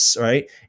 right